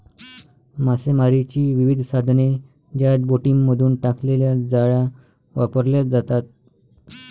मासेमारीची विविध साधने ज्यात बोटींमधून टाकलेल्या जाळ्या वापरल्या जातात